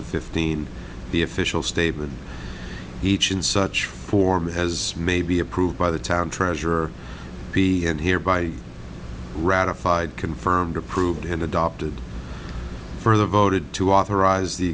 and fifteen the official statement he chin such form as may be approved by the town treasurer and hear by ratified confirmed approved and adopted further voted to authorize the